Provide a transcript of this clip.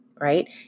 right